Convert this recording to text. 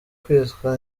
kwitwa